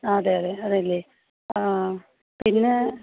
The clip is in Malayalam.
അതെ അതെ അതെയല്ലേ ആ പിന്നേ